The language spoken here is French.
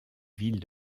ville